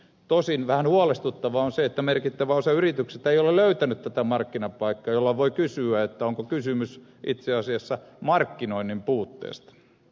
tosin vähän huolestuttavaa on se että merkittävä osa yrityksistä ei ole löytänyt tätä markkinapaikkaa jolloin voi kysyä onko kysymys itse asiassa markkinoinnin puutteesta